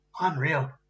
Unreal